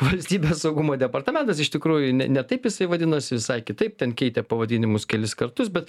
valstybės saugumo departamentas iš tikrųjų ne ne taip jisai vadinosi visai kitaip ten keitė pavadinimus kelis kartus bet